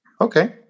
Okay